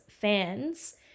fans